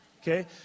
okay